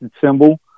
symbol